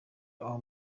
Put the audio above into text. aho